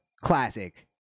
classic